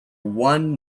one